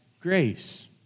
grace